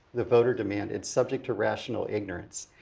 the voter demand, it's subject to rational ignorance.